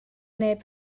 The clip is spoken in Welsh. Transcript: neb